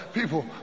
people